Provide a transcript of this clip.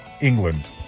England